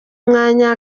umwanya